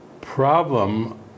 problem